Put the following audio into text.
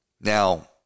Now